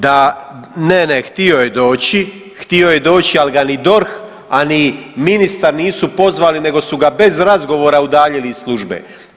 Da, ne, ne, htio je doći, htio je doći ali ga ni DORH, a ni ministar pozvali nego su ga bez razgovora udaljili iz službe.